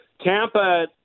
Tampa